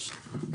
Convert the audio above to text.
(הישיבה נפסקה בשעה 11:19 ונתחדשה בשעה 11:47.) להמשיך להקריא.